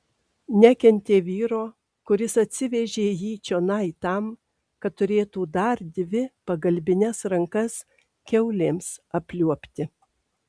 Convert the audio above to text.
nekentė vyro kuris atsivežė jį čionai tam kad turėtų dar dvi pagalbines rankas kiaulėms apliuobti